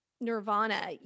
nirvana